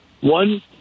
One